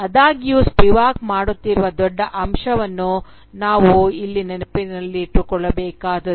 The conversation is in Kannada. ಆದಾಗ್ಯೂ ಸ್ಪಿವಾಕ್ ಮಾಡುತ್ತಿರುವ ದೊಡ್ಡ ಅಂಶವನ್ನು ನಾವು ಇಲ್ಲಿ ನೆನಪಿಟ್ಟುಕೊಳ್ಳಬೇಕಾದದ್ದು